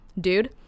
dude